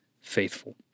faithful